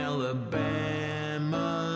Alabama